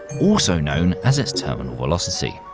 also known as its terminal velocity.